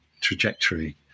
trajectory